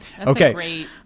Okay